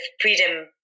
freedom